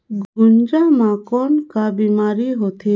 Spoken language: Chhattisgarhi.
गुनजा मा कौन का बीमारी होथे?